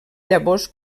llavors